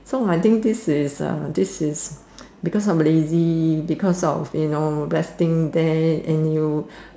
so I think this is uh this is because I'm lazy because of resting there and you